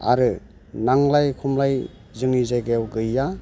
आरो नांलाय खमलाय जोंनि जायगायाव गैया